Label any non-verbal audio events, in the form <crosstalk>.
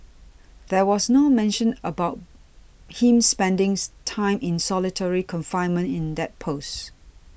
there was no mention made about him spending <unintelligible> time in solitary confinement in that post